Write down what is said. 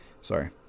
Sorry